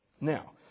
Now